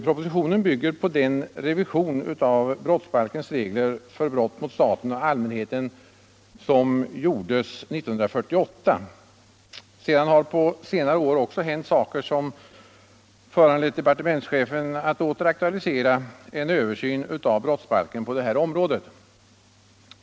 Propositionen bygger på den revision av brottsbalkens regler för brott mot staten och allmänheten som gjordes 1948. Under senare år har händelser inträffat som föranlett departementschefen att åter aktualisera en översyn av brottsbalken på det här området.